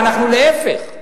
להיפך,